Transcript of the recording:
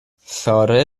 ساره